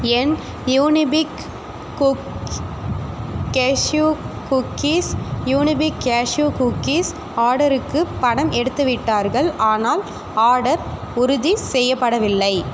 என் Unibic cashew cookies Unibic cashew cookies ஆர்டருக்கு பணம் எடுத்துவிட்டார்கள் ஆனால் ஆர்டர் உறுதி செய்யப்படவில்லை